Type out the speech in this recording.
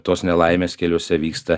tos nelaimės keliuose vyksta